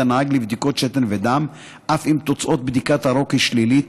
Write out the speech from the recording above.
הנהג לבדיקות שתן ודם אף אם תוצאת בדיקת הרוק היא שלילית,